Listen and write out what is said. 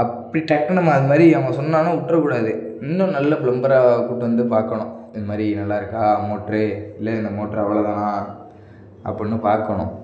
அப்படி டக்குனு நம்ம அது மாதிரி அவங்க சொன்னாங்கனால் விட்ரக்கூடாது இன்னும் நல்ல ப்ளம்பராக கூப்பிட்டு வந்து பார்க்கணும் இது மாதிரி நல்லா இருக்கா மோட்ரு இல்லை இந்த மோட்ரு அவ்வளோ தானா அப்படினு பார்க்கணும்